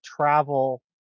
travel